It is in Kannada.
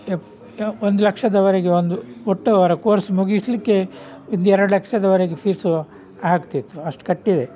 ಎಪ್ ಒಂದು ಲಕ್ಷದವರೆಗೆ ಒಂದು ಒಟ್ಟು ಅವರ ಕೋರ್ಸ್ ಮುಗಿಸಲಿಕ್ಕೆ ಒಂದೆರಡು ಲಕ್ಷದವರೆಗೆ ಫೀಸು ಆಗ್ತಿತ್ತು ಅಷ್ಟು ಕಟ್ಟಿದೆ